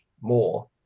more